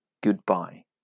goodbye